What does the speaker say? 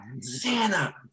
Santa